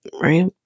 Right